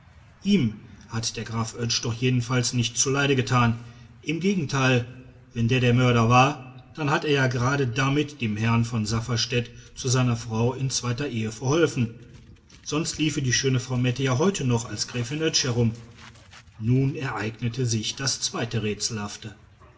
ihm hat der graf oetsch doch jedenfalls nichts zuleide getan im gegenteil wenn der der mörder war dann hat er ja gerade damit dem herrn von safferstätt zu seiner frau in zweiter ehe verholfen sonst liefe die schöne frau mette ja heute noch als gräfin oetsch herum nun ereignete sich das zweite rätselhafte